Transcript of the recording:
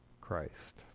Christ